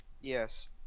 Yes